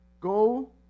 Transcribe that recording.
go